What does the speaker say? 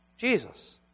Jesus